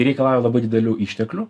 reikalauja labai didelių išteklių